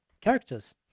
characters